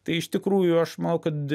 tai iš tikrųjų aš manau kad